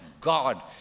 God